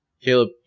Caleb